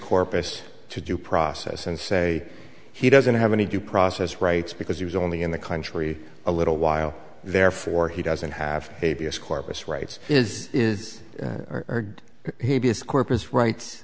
corpus to due process and say he doesn't have any due process rights because he was only in the country a little while therefore he doesn't have a b s corpus rights is is or he is corpus rights